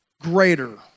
greater